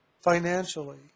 financially